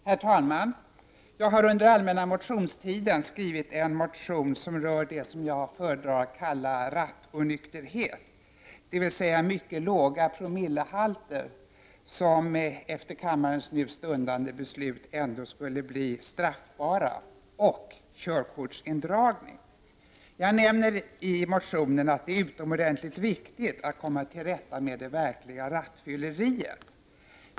Herr talman! Jag har under allmänna motionstiden skrivit en motion som rör det som jag föredrar att kalla rattonykterhet, dvs. mycket låga promillehalter, som efter kammarens nu stundande beslut ändå skulle bli straffbart och medföra körkortsindragning. Jag nämner i motionen att det är utomordentligt viktigt att komma till rätta med det verkliga rattfylleriet.